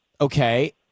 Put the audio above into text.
okay